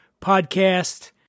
podcast